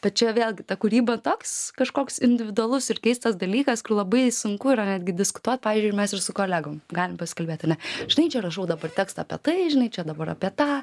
bet čia vėlgi ta kūryba toks kažkoks individualus ir keistas dalykas kur labai sunku yra netgi diskutuot pavyzdžiui ir mes ir su kolegom galim pasikalbėt ane žinai čia rašau dabar tekstą apie tai žinai čia dabar apie tą